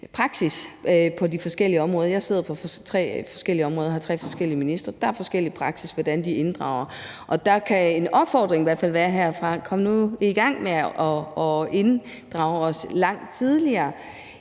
praksis på de forskellige områder – jeg sidder på tre forskellige områder under tre forskellige ministre, og der er forskellige praksisser, i forhold til hvordan de inddrager os. Og der kan en opfordring herfra i hvert fald være: Kom nu i gang med at inddrage os langt tidligere.